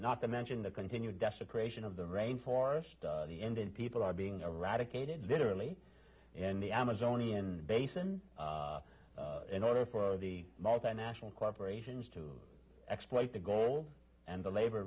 not to mention the continued desecration of the rain forest the end then people are being eradicated literally and the amazonian basin in order for the multinational corporations to exploit the gold and the labor